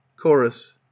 chorus